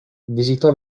visitò